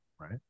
right